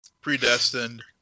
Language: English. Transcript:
predestined